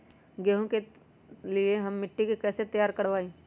गेंहू की खेती के लिए हम मिट्टी के कैसे तैयार करवाई?